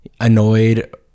annoyed